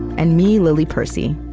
and me, lily percy.